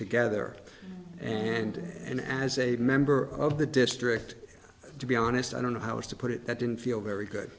together and then as a member of the district to be honest i don't know how i was to put it that didn't feel very good